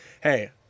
hey